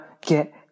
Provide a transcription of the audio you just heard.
get